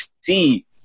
see